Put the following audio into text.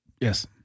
Yes